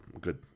good